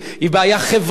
היא בעיה חברתית,